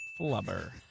Flubber